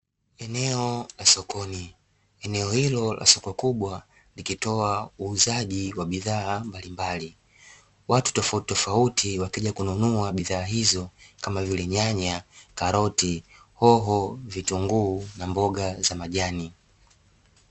Eneo la sokoni, eneo hilo la soko kubwa likitoa uuzaji wa bidhaa mbalimbali. Watu tofauti tofauti wakija kununua bidhaa hizo kama vile nyanya, karoti, hoho, vitunguu na mboga za majani.